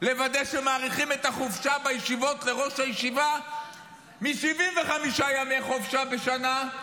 לוודא שמאריכים את החופשה בישיבות לראש הישיבה מ-75 ימי חופשה בשנה,